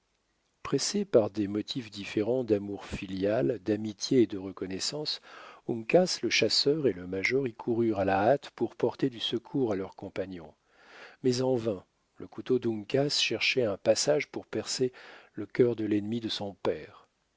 pressés par des motifs différents d'amour filial d'amitié et de reconnaissance uncas le chasseur et le major y coururent à la hâte pour porter du secours à leur compagnon mais en vain le couteau d'uncas cherchait un passage pour percer le cœur de l'ennemi de son père